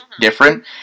different